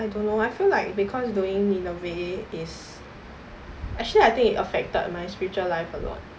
I don't know I feel like because doing nineveh is actually I think it affected my spiritual life a lot